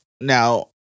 Now